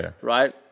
right